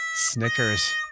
Snickers